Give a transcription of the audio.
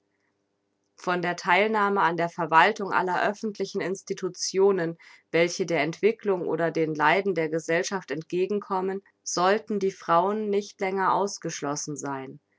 von der theilnahme an der verwaltung aller öffentlichen institutionen welche der entwicklung oder den leiden der gesellschaft entgegenkommen sollten die frauen nicht länger ausgeschlossen sein